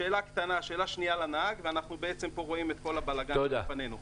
שאלה קטנה לנהג, ואנחנו רואים את כל הבלגן לפנינו.